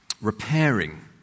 repairing